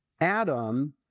Adam